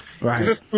right